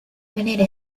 manera